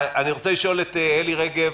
אני רוצה לשאול את אלי רגב,